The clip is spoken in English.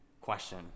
question